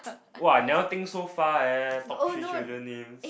!wah! never think so far eh top three children names